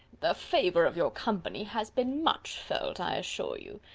the favour of your company has been much felt, i assure you.